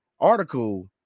article